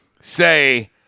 say